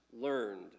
learned